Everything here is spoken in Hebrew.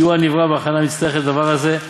כי הוא הנברא בהכנה המצטרכת לדבר הזה,